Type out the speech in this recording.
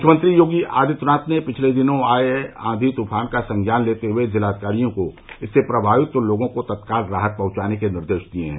मुख्यमंत्री योगी आदित्यनाथ ने पिछले दिनों आये आधी तूफान का संज्ञान लेते हुए जिलाधिकारियों को इससे प्रभावित लोगों को तत्काल राहत पहुंचाने के निर्देश दिये हैं